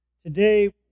Today